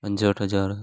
पंजहठि हज़ार